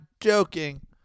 joking